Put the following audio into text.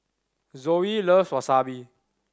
Zoe loves Wasabi